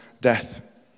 death